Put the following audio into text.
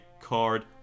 card